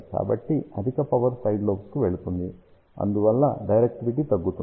కాబట్టి అధిక power side లోబ్స్కు వెళుతుంది మరియు అందువల్ల డైరెక్టివిటీ తగ్గుతుంది